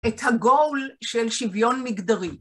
את הגול של שוויון מגדרי.